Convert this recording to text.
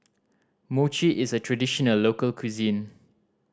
mochi is a traditional local cuisine